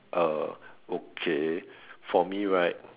uh okay for me right